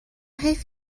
حیف